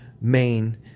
main